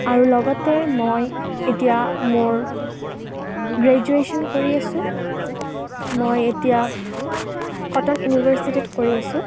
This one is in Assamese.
আৰু লগতে মই এতিয়া মোৰ গ্ৰেজুয়েচন কৰি আছোঁ মই এতিয়া কটন ইউনিভাৰছিটিত কৰি আছোঁ